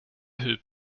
hulp